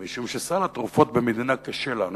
משום שסל התרופות במדינה כשלנו,